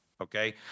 okay